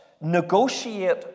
negotiate